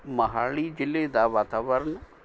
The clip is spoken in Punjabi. ਮੋਹਾਲੀ ਜ਼ਿਲ੍ਹੇ ਦਾ ਵਾਤਾਵਰਨ